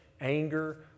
anger